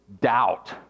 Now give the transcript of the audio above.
doubt